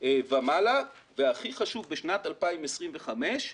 ומעלה והכי חשוב, בשנת 2025,